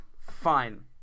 fine